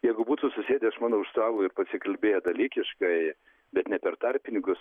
jeigu būtų susėdę aš manau už stalo ir pasikalbėję dalykiškai bet ne per tarpininkus